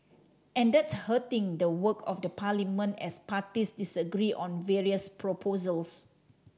and that's hurting the work of the parliament as parties disagree on various proposals